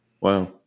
Wow